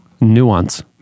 nuance